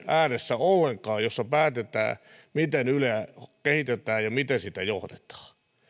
ääressä joissa päätetään miten yleä kehitetään ja miten sitä johdetaan